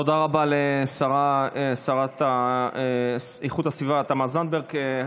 תודה רבה לשרה לאיכות הסביבה תמר זנדברג.